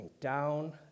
down